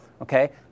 okay